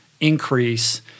increase